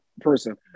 Person